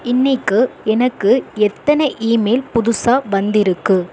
இன்றைக்கு எனக்கு எத்தனை இமெயில் புதுசாக வந்திருக்குது